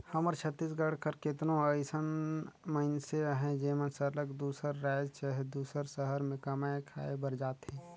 हमर छत्तीसगढ़ कर केतनो अइसन मइनसे अहें जेमन सरलग दूसर राएज चहे दूसर सहर में कमाए खाए बर जाथें